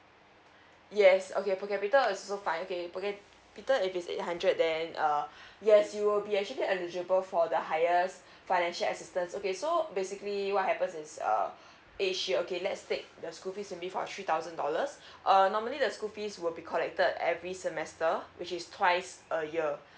yes okay for capita are also fine okay per capita if it's eight hundred then uh yes you will be actually eligible for the highest financial assistance okay so basically what happens is err as she okay let's take the school fees in before three thousand dollars uh normally the school fees will be collected every semester which is twice a year